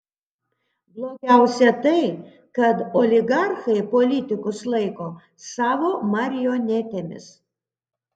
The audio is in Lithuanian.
blogiausia tai kad oligarchai politikus laiko savo marionetėmis